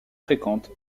fréquente